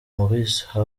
maurice